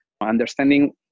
understanding